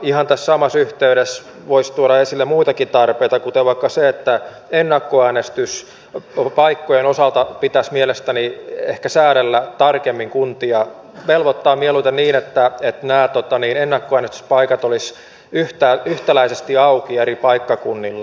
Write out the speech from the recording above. ihan tässä samassa yhteydessä voisi tuoda esille muitakin tarpeita kuten vaikka se että ennakkoäänestyspaikkojen osalta pitäisi mielestäni ehkä säädellä tarkemmin kuntia velvoittaa mieluiten niin että ennakkoäänestyspaikat olisivat yhtäläisesti auki eri paikkakunnilla